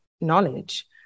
knowledge